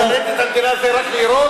אנחנו, לשרת את המדינה זה רק לירות?